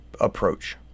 approach